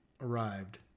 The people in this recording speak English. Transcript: arrived